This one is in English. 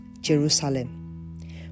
jerusalem